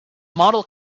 model